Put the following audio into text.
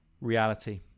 reality